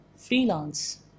Freelance